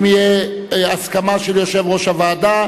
אם תהיה הסכמה של יושב-ראש הוועדה,